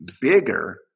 bigger